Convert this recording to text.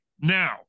Now